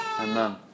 amen